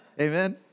Amen